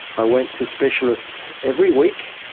i went to specialists every week.